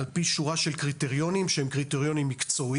על פי שורה של קריטריונים שהם קריטריונים מקצועיים.